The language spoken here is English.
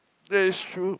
that is true